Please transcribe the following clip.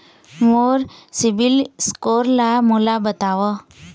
मोर CIBIL score ला मोला बताव?